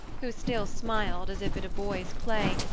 who still smiled, as if at boy's play,